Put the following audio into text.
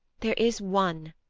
there is one,